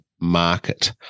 market